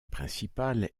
principale